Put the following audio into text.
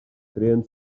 creen